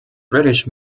british